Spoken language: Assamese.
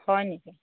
হয় নেকি